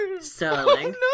Sterling